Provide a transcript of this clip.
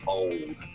old